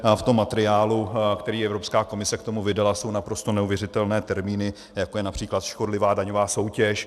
V tom materiálu, který Evropská komise k tomu vydala, jsou naprosto neuvěřitelné termíny, jako je například škodlivá daňová soutěž.